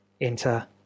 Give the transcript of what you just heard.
Enter